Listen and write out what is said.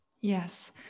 Yes